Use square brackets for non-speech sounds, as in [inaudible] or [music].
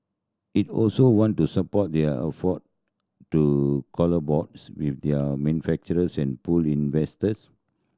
it also want to support their effort to [unintelligible] with the manufacturers and pull in investors